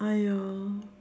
!aiyo!